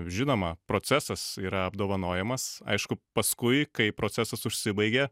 žinoma procesas yra apdovanojimas aišku paskui kai procesas užsibaigia